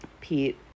Pete